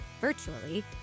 virtually